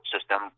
system